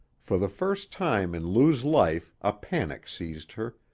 for the first time in lou's life a panic seized her,